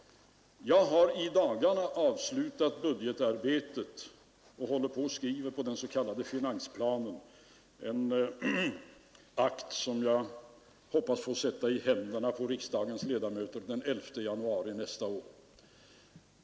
Jag har i dagarna avslutat budgetarbetet och håller på att skriva på den s.k. finansplanen, en akt som jag hoppas få sätta i händerna på riksdagens ledamöter den 11 januari nästa år.